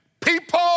People